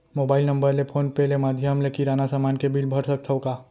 Mobile number ले phone पे ले माधयम ले किराना समान के बिल भर सकथव का?